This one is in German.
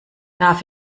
darf